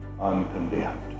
uncondemned